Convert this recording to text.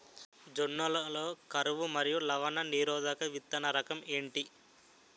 జొన్న లలో కరువు మరియు లవణ నిరోధక విత్తన రకం ఏంటి?